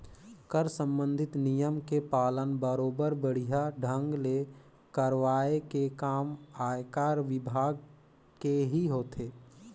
कर संबंधित नियम के पालन बरोबर बड़िहा ढंग ले करवाये के काम आयकर विभाग केही होथे